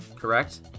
correct